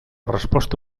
resposta